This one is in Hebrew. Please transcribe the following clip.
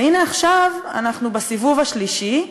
והנה עכשיו אנחנו בסיבוב השלישי,